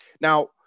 Now